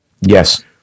Yes